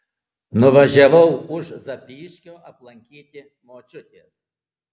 nuvažiavau už zapyškio aplankyti močiutės